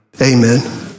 amen